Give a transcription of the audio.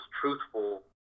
truthful